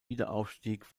wiederaufstieg